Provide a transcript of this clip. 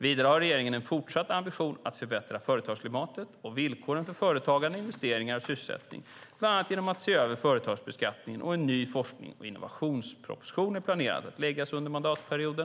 Vidare har regeringen en fortsatt ambition att förbättra företagsklimatet och villkoren för företagande, investeringar och sysselsättning, bland annat genom att se över företagsbeskattningen, och en ny forsknings och innovationsproposition är planerad att läggas fram under mandatperioden.